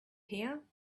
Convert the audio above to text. here